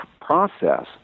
process